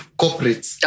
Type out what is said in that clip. corporates